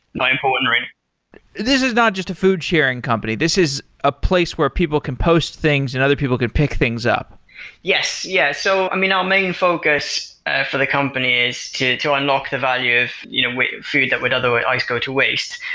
my important ring this is not just a food sharing company. this is a place where people can post things and other people could pick things up yes. yes. so i mean, our main focus for the company is to to unlock the value of you know with food that would otherwise go to waste,